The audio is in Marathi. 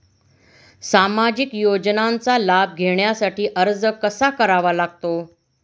सामाजिक योजनांचा लाभ घेण्यासाठी अर्ज कसा करावा लागतो?